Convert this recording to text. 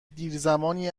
دیرزمانی